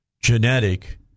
genetic